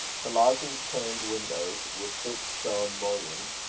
the lozenge-paned windows, with thick stone mullions,